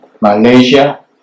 Malaysia